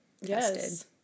Yes